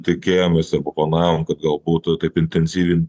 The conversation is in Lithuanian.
tikėjomės arba planavom kad gal būtų taip intensyvint